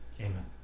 Amen